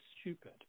stupid